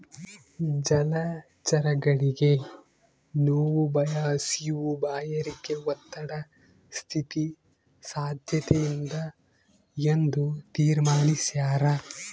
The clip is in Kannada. ಜಲಚರಗಳಿಗೆ ನೋವು ಭಯ ಹಸಿವು ಬಾಯಾರಿಕೆ ಒತ್ತಡ ಸ್ಥಿತಿ ಸಾದ್ಯತೆಯಿಂದ ಎಂದು ತೀರ್ಮಾನಿಸ್ಯಾರ